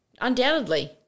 undoubtedly